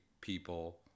people